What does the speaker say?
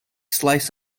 slice